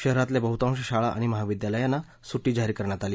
शहरातल्या बह्तांश शाळा आणि महाविद्यालयांना सुट्टी जाहीर करण्यात आली